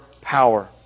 power